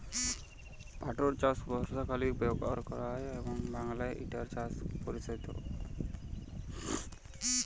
পাটটর চাষ বর্ষাকালীন ক্যরতে হয় এবং বাংলায় ইটার চাষ পরসারিত